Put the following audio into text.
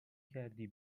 کردی